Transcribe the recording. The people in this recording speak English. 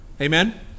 Amen